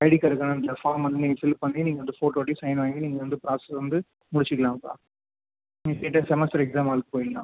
ID கார்டுக்கான அந்த form வந்து நீங்கள் ஃபில் பண்ணி நீங்கள் வந்து ஃபோட்டோ ஒட்டி சைன் வாங்கி நீங்கள் வந்து ப்ராசஸ் வந்து முடிச்சிக்கிலாம்ப்பா நீங்கள் ஸ்டெய்ட்டாக செமஸ்டர் எக்ஸாம் ஹாலுக்கு போயிவிட்லாம்